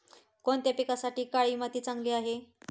कोणत्या पिकासाठी काळी माती चांगली आहे?